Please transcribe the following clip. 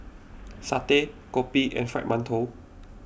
Satay Kopi and Fried Mantou